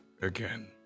again